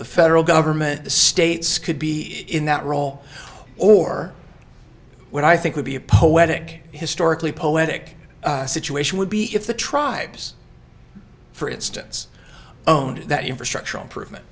the federal government the states could be in that role or what i think would be a poetic historically poetic situation would be if the tribes for instance own that infrastructure improvement